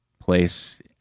place